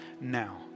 now